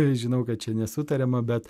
žinau kad čia nesutariama bet